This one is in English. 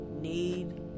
need